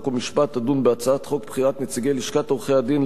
חוק ומשפט תדון בהצעת חוק בחירת נציגי לשכת עורכי-הדין